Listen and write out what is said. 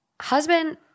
Husband